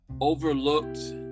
overlooked